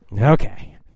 okay